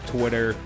Twitter